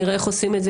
נראה איך עושים את זה,